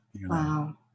Wow